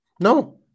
No